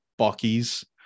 buckies